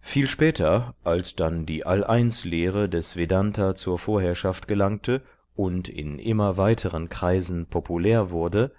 viel später als dann die all eins lehre des vednta zur vorherrschaft gelangte und in immer weiteren kreisen populär wurde